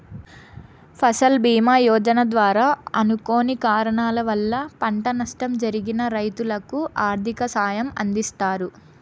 ఫసల్ భీమ యోజన ద్వారా అనుకోని కారణాల వల్ల పంట నష్టం జరిగిన రైతులకు ఆర్థిక సాయం అందిస్తారు